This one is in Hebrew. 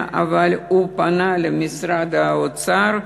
אבל הוא פנה למשרד האוצר,